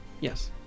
yes